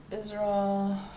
Israel